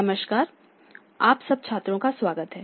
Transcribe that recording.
नमस्कार आप सब छात्रों का स्वागत है